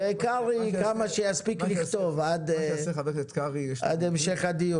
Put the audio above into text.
נראה כמה חבר הכנסת קרעי יספיק לכתוב עד המשך הדיון.